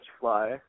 fly